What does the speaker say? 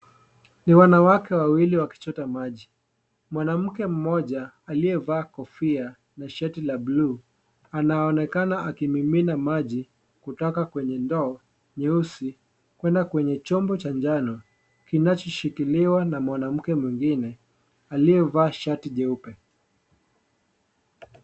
Ni wanawake wawili wakichota maji. Mwanamke mmoja, aliyevaa kofia na shati la buluu, anaonekana akimimina maji kutoka kwenye ndoo nyeusi, kwenda kwenye chombo cha njano kinachoshikiliwa na mwanamke mwingine aliyevaa shati jeupe.